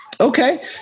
Okay